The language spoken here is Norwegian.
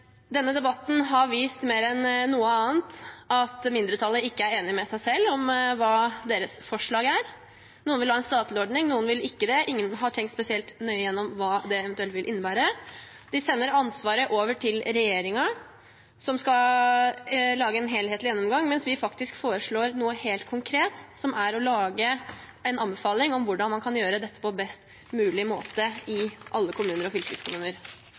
Denne debatten har mer enn noe annet vist at mindretallet ikke er enig med seg selv om hva deres forslag er. Noen vil ha en statlig ordning, noen vil ikke det, og ingen har tenkt spesielt nøye gjennom hva det eventuelt vil innebære. De sender ansvaret over til regjeringen, som skal lage en helhetlig gjennomgang – mens vi faktisk foreslår noe helt konkret, som er å lage en anbefaling om hvordan man kan gjøre dette på best mulig måte i alle kommuner og fylkeskommuner.